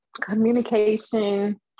Communication